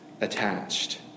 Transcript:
attached